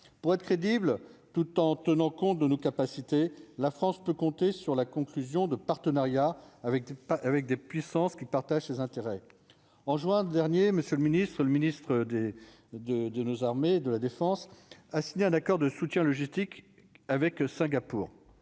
pour être crédible, tout en tenant compte de nos capacités, la France peut compter sur la conclusion de partenariats avec des avec des puissances qui partage ses intérêts en juin dernier, monsieur le ministre et le ministre des de de nos armées, de la défense. à signer un accord de soutien logistique avec Singapour.